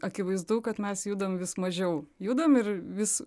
akivaizdu kad mes judam vis mažiau judam ir vis